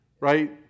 right